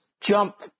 jump